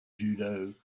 judo